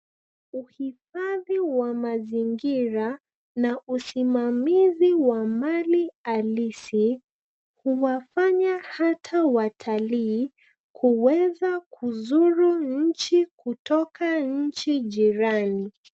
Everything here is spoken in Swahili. Uhifadhi wa mazingira na usimamazi wa mali halisi huwafanya hata watalii kuweza kuzuru nchi kutoka nchi jirani.